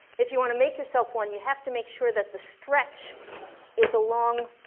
if you want to make yourself one, you have to make sure that the stretch is along,